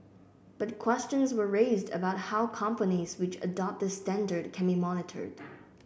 but questions were raised about how companies which adopt this standard can be monitored